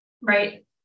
Right